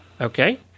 Okay